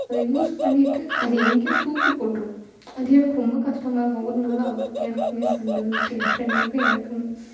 அதை யூஸ் பண்ணிட்டு அதை எங்கேயோ தூக்கி போட்டுரும் அது எனக்கு ரொம்ப கஷ்டமாக இருக்கும் ஒரு நாள் அவளுக்கும் எனக்கும் சண்டை வந்துட்டு என் ஃப்ரெண்டுக்கும் எனக்கும்